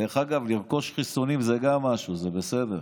דרך אגב, לרכוש חיסונים, זה גם משהו, זה בסדר.